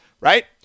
Right